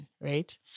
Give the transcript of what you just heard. right